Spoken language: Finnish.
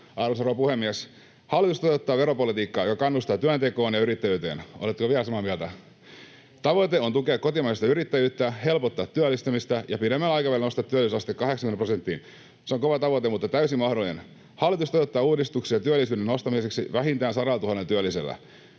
rouva puhemies! Hallitus toteuttaa veropolitiikkaa, joka kannustaa työntekoon ja yrittäjyyteen. — Oletteko vielä samaa mieltä? — Tavoite on tukea kotimaista yrittäjyyttä, helpottaa työllistämistä ja pidemmällä aikavälillä nostaa työllisyysaste 80 prosenttiin. Se on kova tavoite mutta täysin mahdollinen. Hallitus toteuttaa uudistuksia työllisyyden nostamiseksi vähintään sadallatuhannella